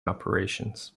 operations